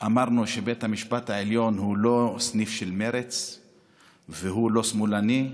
שבית המשפט העליון הוא לא סניף של מרצ והוא לא שמאלני,